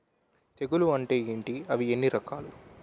తెగులు అంటే ఏంటి అవి ఎన్ని రకాలు?